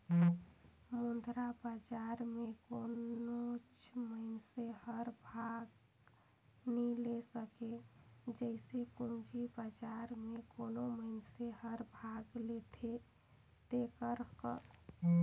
मुद्रा बजार में कोनोच मइनसे हर भाग नी ले सके जइसे पूंजी बजार में कोनो मइनसे हर भाग लेथे तेकर कस